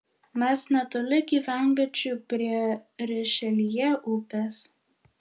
mes netoli gyvenviečių prie rišeljė upės